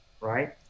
right